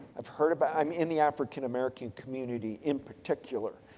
i've heard about, um in the african american community in particular.